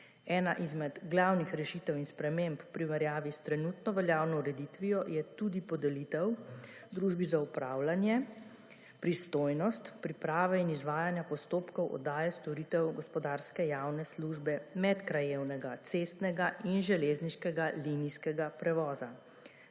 Ena izmed glavnih rešitev in sprememb v primerjavi s trenutno veljavno ureditvijo je tudi 73. TRAK: (VP) 15.00 (nadaljevanje) podelitev družbi za upravljanje pristojnost priprave in izvajanja postopkov oddaje storitev gospodarske javne službe medkrajevnega cestnega in železniškega linijskega prevoza,